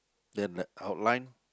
then the outline